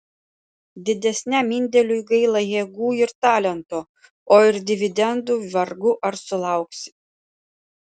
didesniam indėliui gaila jėgų ir talento o ir dividendų vargu ar sulauksi